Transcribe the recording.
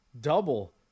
Double